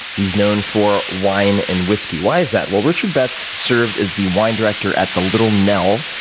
he's known for wine and whiskey. why is that? well, richard betts served as the wine director at the little nell,